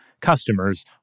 customers